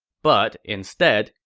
but, instead,